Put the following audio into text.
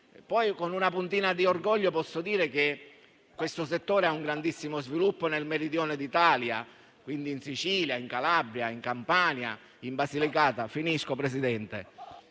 Poi, con una puntina di orgoglio, posso dire che il settore ha un grandissimo sviluppo nel Meridione d'Italia (quindi in Sicilia, in Calabria, in Campania e in Basilicata) e questo